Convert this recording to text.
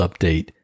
update